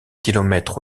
kilomètres